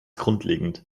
grundlegend